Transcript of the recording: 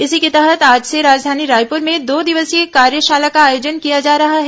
इसी के तहत आज से राजधानी रायप्र में दो दिवसीय कार्यशाला का आयोजन किया जा रहा है